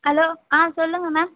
hello ஆ சொல்லுங்கள் ma'am